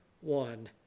one